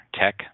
tech